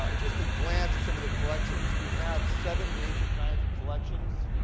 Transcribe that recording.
ah just a glance at some of the collections. we have seven major kinds of collections,